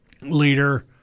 leader